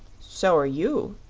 so're you,